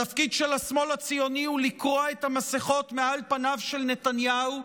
התפקיד של השמאל הציוני הוא לקרוע את המסכות מעל פניו של נתניהו,